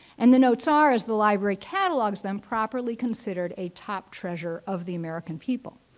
and the notes are, as the library catalogues them, properly considered a top treasure of the american people.